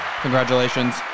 Congratulations